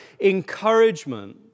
encouragement